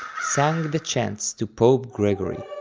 sang the chants to pope gregory,